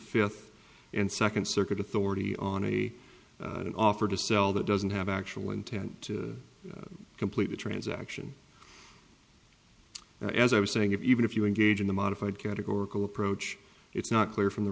fifth and second circuit authority on a offer to sell that doesn't have actual intent to complete the transaction as i was saying if even if you engage in the modified categorical approach it's not clear from the